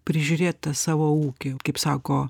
prižiūrėt tą savo ūkį kaip sako